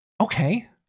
Okay